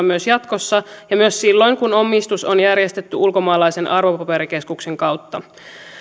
myös jatkossa ja myös silloin kun omistus on järjestetty ulkomaalaisen arvopaperikeskuksen kautta